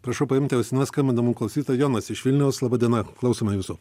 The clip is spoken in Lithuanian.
prašau paimti ausines skambina mum klausyt jonas iš vilniaus laba diena klausome jūsų